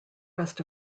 rest